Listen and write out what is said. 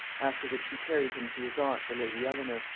after which he carried him to his aunt the lady elenor,